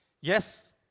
Yes